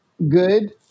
Good